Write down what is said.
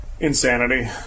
Insanity